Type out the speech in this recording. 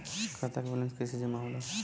खाता के वैंलेस कइसे जमा होला?